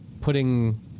putting